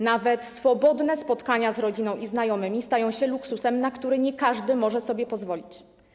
Nawet swobodne spotkania z rodziną i znajomymi stają się luksusem, na który nie każdy może sobie pozwolić.